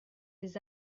des